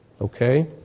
Okay